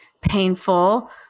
painful